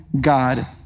God